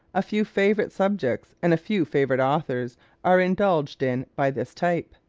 a few favorite subjects and a few favorite authors are indulged in by this type.